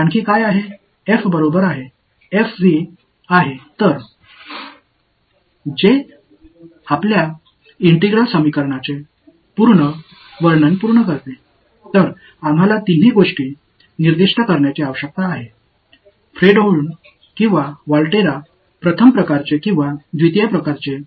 எனவே இந்த மூன்றையும் நாம் குறிப்பிட வேண்டும் ஃப்ரெட்ஹோம் அல்லது வோல்டெர்ரா முதல் வகை அல்லது இரண்டாவது வகை ஹோமோஜினியஸ் அல்லது ஹோமோஜினியஸ் பின்னர் உங்கள் ஒருங்கிணைந்த சமன்பாடு முழுமையாக குறிப்பிடப்படுகிறது